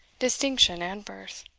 distinction, and birth.